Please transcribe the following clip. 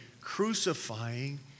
crucifying